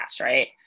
Right